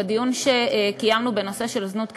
בדיון שקיימנו בנושא של זנות קטינים,